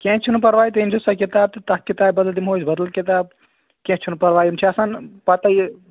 کیٚںٛہہ چھُنہٕ پَرواے تُہۍ أنۍ زیٚو سۄ کِتاب تہِ تَتھ کِتابہِ بَدلہٕ دِمو أسۍ بَدل کِتاب کیٚنٛہہ چھُنہٕ پَرواے یِم چھِ آسان پَتٕے یہِ